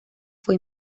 fue